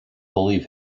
believe